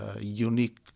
unique